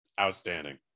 Outstanding